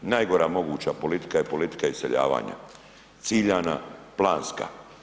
Najgora moguća politika je politika iseljavanja, ciljana, planska.